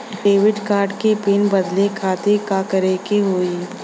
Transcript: Debit card क PIN बदले खातिर का करेके होई?